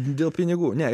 dėl pinigų ne